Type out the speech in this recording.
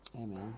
Amen